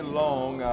long